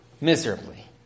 miserably